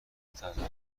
تضادهای